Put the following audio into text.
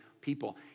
people